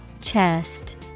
Chest